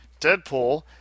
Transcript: Deadpool